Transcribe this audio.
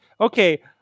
Okay